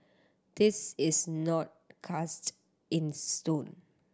this is not cast in stone